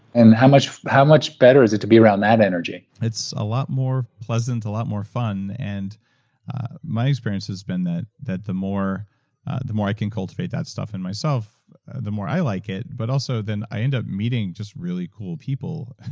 and how much how much better is it to be around that energy? it's a lot more pleasant, a lot more fun, and my experience has been that that the more the more i can cultivate that stuff in myself the more i like it, but also, then i end up meeting just really cool people and